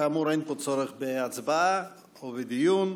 כאמור, אין פה צורך בהצבעה או בדיון,